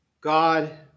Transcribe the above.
God